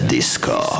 Disco